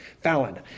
Fallon